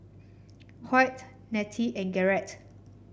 Hoyt Netta and Garret